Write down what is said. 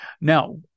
Now